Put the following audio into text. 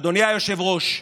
אדוני היושב-ראש,